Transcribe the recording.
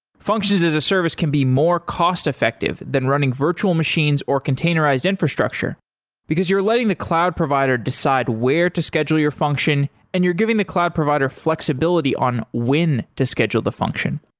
functions as a service can be more cost effective than running virtual machines or containerized infrastructure because you're letting the cloud provider decide where to schedule your function and you're giving the cloud provider flexibility on when to schedule the function.